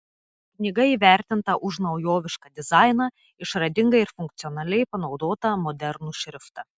knyga įvertinta už naujovišką dizainą išradingai ir funkcionaliai panaudotą modernų šriftą